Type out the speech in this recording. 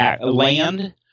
land